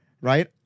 right